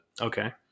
Okay